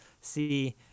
see